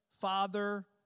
Father